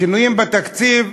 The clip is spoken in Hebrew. שינויים בתקציב.